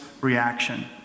reaction